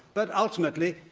but, ultimately,